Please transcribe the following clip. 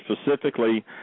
specifically